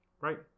right